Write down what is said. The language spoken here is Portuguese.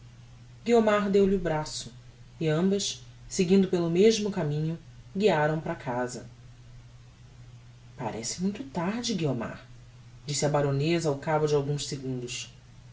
guiomar deu-lhe o braço e ambas seguindo pelo mesmo caminho guiaram para casa parece muito tarde guiomar disse a baroneza ao cabo de alguns segundos